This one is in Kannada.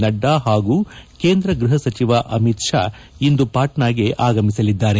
ನಡ್ಡಾ ಹಾಗೂ ಕೇಂದ್ರ ಗೃಹ ಸಚಿವ ಅಮಿತ್ ಶಾ ಇಂದು ಪಾಟ್ಸಾಗೆ ಆಗೆಮಿಸಲಿದ್ದಾರೆ